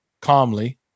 calmly